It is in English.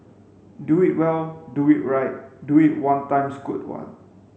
do it well do it right do it one times good one